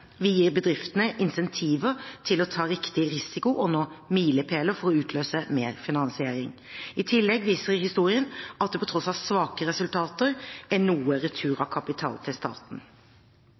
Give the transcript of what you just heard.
vi gir bedriftene incentiver til å ta riktig risiko og nå milepæler for å utløse mer finansiering. I tillegg viser historien at det til tross for svake resultater er noe retur av kapital til staten.